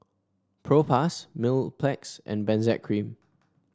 Propass Mepilex and Benzac Cream